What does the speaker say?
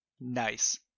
Nice